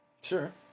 Sure